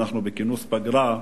שאנחנו בכינוס פגרה,